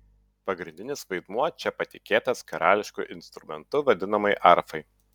pagrindinis vaidmuo čia patikėtas karališku instrumentu vadinamai arfai